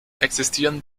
existieren